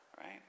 Right